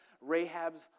Rahab's